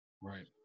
Right